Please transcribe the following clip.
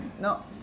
no